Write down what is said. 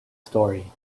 story